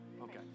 Okay